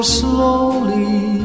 slowly